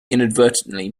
inadvertently